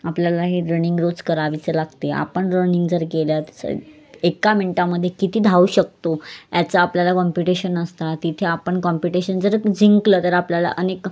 आपल्याला हे रनिंग रोज करावीच लागते आपण रनिंग जर केलं एका मिनटामध्ये किती धावू शकतो याचा आपल्याला कॉम्पिटिशन असतात तिथे आपण कॉम्पिटिशन जर जिंकलं तर आपल्याला अनेक